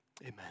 Amen